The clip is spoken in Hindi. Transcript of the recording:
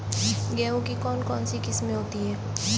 गेहूँ की कौन कौनसी किस्में होती है?